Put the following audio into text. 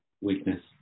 weakness